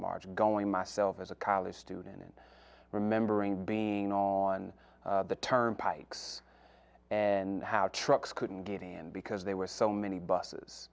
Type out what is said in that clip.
march going myself as a college student and remembering being on the turnpikes and how trucks couldn't get in because they were so many busses